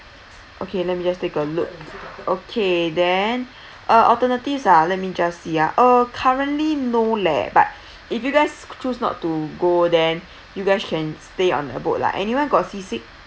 okay let me just take a look okay then uh alternatives ah let me just uh currently no leh but if you guys choose not to go then you guys can stay on the boat lah anyone got seasick